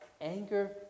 Anger